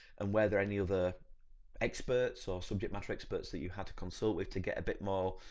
and were there any other experts, or subject matter experts that you had to consult with, to get a bit more,